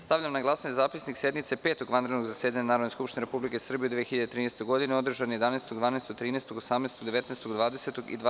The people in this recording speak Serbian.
Stavljam na glasanje Zapisnik sednice Petog vanrednog zasedanja Narodne skupštine Republike Srbije u 2013. godini, održane 11, 12, 13, 18, 19, 20. i 25. juna 2013. godine.